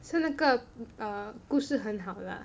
是那个 err 故事很好的 ah